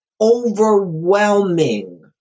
overwhelming